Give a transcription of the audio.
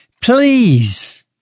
please